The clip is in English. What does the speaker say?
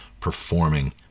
performing